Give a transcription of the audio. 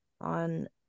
on